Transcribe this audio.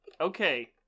Okay